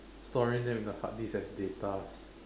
storing them in the hard disc as datas